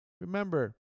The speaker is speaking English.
remember